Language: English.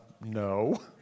no